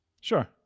Sure